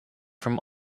from